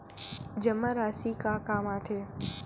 जमा राशि का काम आथे?